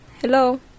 Hello